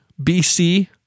BC